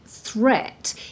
threat